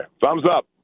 Thumbs-up